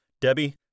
Debbie